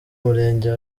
murenge